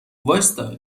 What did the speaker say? وایستا